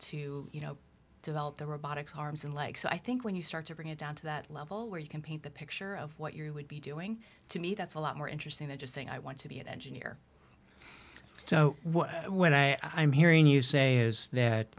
to you know develop the robotics arms and legs so i think when you start to bring it down to that level where you can paint the picture of what you would be doing to me that's a lot more interesting than just saying i want to be an engineer so when i i'm hearing you say is that